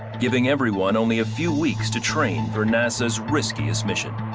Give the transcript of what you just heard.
giving everyone only a few weeks to train for nasa's riskiest mission.